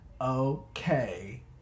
okay